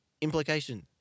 Implication